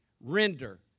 render